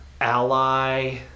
Ally